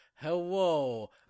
Hello